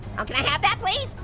oh, can i have that, please?